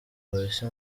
police